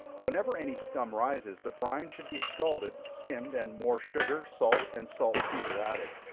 whenever any scum rises, the brine should be scalded, skimmed, and more sugar, salt and salt-petre added.